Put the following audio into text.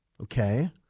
Okay